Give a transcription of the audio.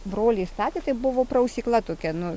broliai statė tai buvo prausykla tokia nu